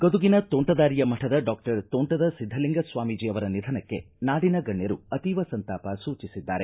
ಗದುಗಿನ ತೋಂಟದಾರ್ಯ ಮಠದ ಡಾಕ್ಟರ್ ತೋಂಟದ ಸಿದ್ದಲಿಂಗ ಸ್ವಾಮೀಜಿ ಅವರ ನಿಧನಕ್ಕೆ ನಾಡಿನ ಗಣ್ಣರು ಅತೀವ ಸಂತಾಪ ಸೂಚಿಸಿದ್ದಾರೆ